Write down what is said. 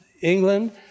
England